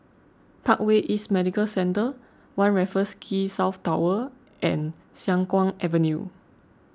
Parkway East Medical Centre one Raffles Quay South Tower and Siang Kuang Avenue